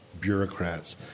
bureaucrats